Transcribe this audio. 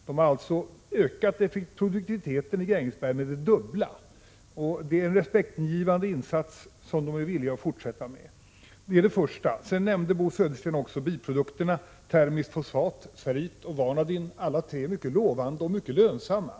Produktiviteten i Grängesberg har alltså ökat med det dubbla. Detta är en respektingivande insats som de är villiga att fortsätta med. Sedan nämnde Bo Södersten också biprodukterna termiskt fosfat, ferrit och vanadin. När det gäller alla tre är det mycket lovande och lönsamt.